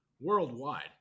worldwide